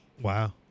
Wow